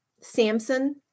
Samson